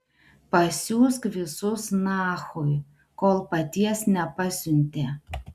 pasiųsk visus nachui kol paties nepasiuntė